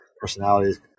personalities